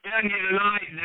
tonight